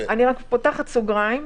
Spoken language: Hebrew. אני רק פותחת סוגריים,